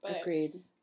Agreed